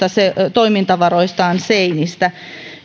toimintavaroistaan seinistä